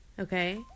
Okay